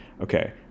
Okay